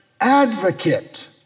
advocate